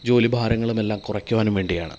ജോലിഭാരങ്ങളും എല്ലാം കുറയ്ക്കുവാനും വേണ്ടിയാണ്